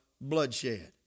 bloodshed